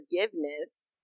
forgiveness